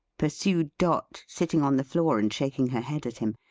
pursued dot, sitting on the floor and shaking her head at him,